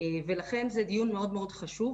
ולכן זה דיון מאוד חשוב,